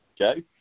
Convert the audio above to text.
Okay